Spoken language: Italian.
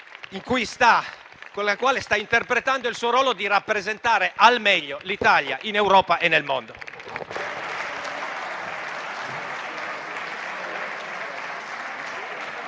con la quale sta interpretando il suo ruolo di rappresentare al meglio l'Italia in Europa e nel mondo.